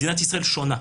מדינת ישראל שונה,